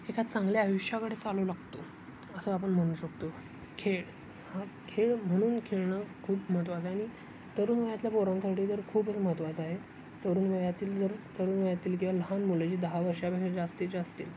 एका चांगल्या आयुष्याकडे चालू लागतो असं आपण म्हणू शकतो खेळ हा खेळ म्हणून खेळणं खूप महत्त्वाचं आहे आणि तरुण वयातल्या पोरांसाठी तर खूपच महत्त्वाचं आहे तरुण वयातील जर तरुण वयातील किंवा लहान मुलं जी दहा वर्षांपेक्षा जास्तीची असतील